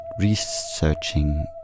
researching